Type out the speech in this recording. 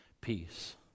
peace